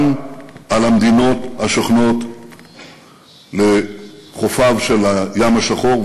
גם על המדינות השוכנות לחופיו של הים השחור,